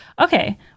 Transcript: okay